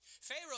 Pharaoh